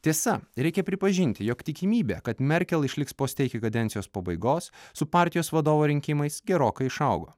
tiesa reikia pripažinti jog tikimybė kad merkel išliks poste iki kadencijos pabaigos su partijos vadovo rinkimais gerokai išaugo